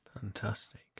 Fantastic